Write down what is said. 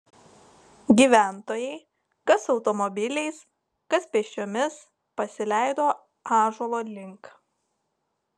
gyventojai kas automobiliais kas pėsčiomis pasileido ąžuolo link